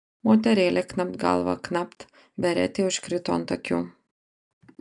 moterėlė knapt galva knapt beretė užkrito ant akių